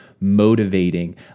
motivating